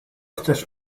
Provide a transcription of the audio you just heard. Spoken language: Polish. chcesz